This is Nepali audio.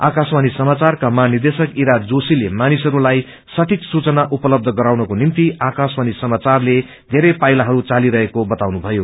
आकश्याणी समाचारका महानिदेशक इरा जोशीले मानिसहरूलाई सठिक सूचना उपलब्ध गराउनको निम्ति आकाशवाणी सामाचारले पै पाइलाहरू चालिरहेको बताउनुभयो